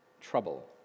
trouble